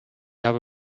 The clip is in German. habe